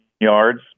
yards